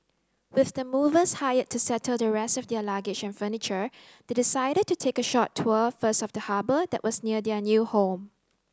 with the movers hired to settle the rest of their luggage and furniture they decided to take a short tour first of the harbour that was near their new home